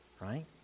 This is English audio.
right